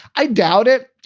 i doubt it,